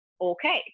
okay